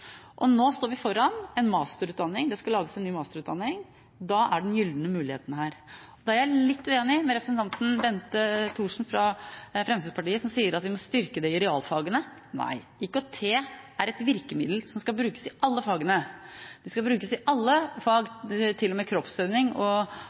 Nå står vi foran en masterutdanning. Det skal lages en ny masterutdanning, og da er den gylne muligheten her. Der er jeg litt uenig med representanten Bente Thorsen fra Fremskrittspartiet, som sier at vi må styrke IKT i realfagene. Nei, IKT er et virkemiddel som skal brukes i alle fagene. Til og med i